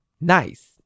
nice